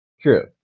True